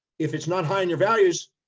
if it's not high in your values,